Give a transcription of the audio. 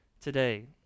today